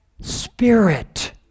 spirit